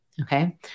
okay